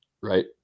right